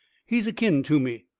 he is kin to me.